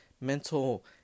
mental